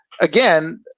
again